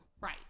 right